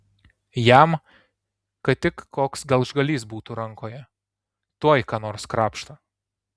jam kad tik koks gelžgalys būtų rankoje tuoj ką nors krapšto